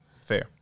Fair